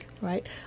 Right